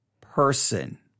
person